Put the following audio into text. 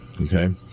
okay